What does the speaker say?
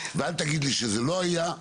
ואל תגיד שזה לא היה,